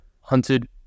Hunted